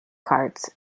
carts